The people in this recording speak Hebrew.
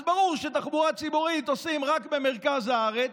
אז ברור שתחבורה ציבורית עושים רק במרכז הארץ,